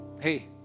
hey